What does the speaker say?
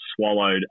swallowed